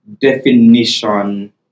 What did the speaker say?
definition